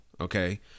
okay